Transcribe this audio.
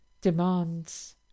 demands